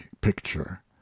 picture